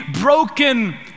broken